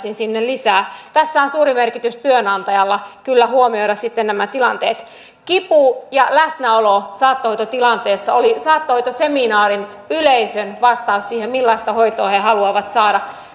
palkattaisiin sinne lisää tässä on suuri merkitys työnantajalla kyllä huomioida sitten nämä tilanteet kipu riittävä kivun lievitys ja läsnäolo saattohoitotilanteessa oli saattohoitoseminaarin yleisön vastaus siihen millaista hoitoa he haluavat saada